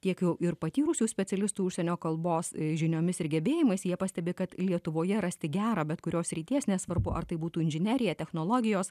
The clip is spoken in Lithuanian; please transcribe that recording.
tiek jau ir patyrusių specialistų užsienio kalbos žiniomis ir gebėjimais jie pastebi kad lietuvoje rasti gerą bet kurios srities nesvarbu ar tai būtų inžinerija technologijos